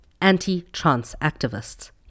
Anti-trans-activists